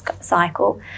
cycle